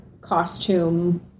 costume